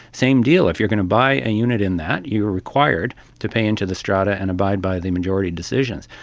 same deal. if you're going to buy a unit in that you are required to pay into the strata and abide by the majority decisions.